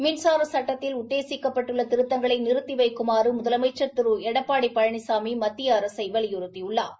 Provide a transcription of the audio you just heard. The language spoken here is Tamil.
மின்சார சுட்டத்தில் உத்தேசிக்கப்பட்டுள்ள திருத்தங்களை நிறுத்தி வைக்குமாறு முதலமைச்சா் திரு எடப்பாடி பழனிசாமி மத்திய அரசை வலியுறுத்தியுள்ளாா்